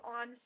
on